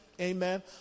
Amen